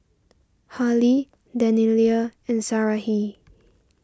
Harley Daniella and Sarahi